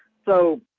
so,